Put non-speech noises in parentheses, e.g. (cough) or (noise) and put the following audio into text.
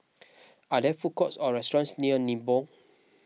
(noise) are there food courts or restaurants near Nibong